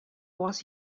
was